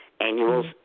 annuals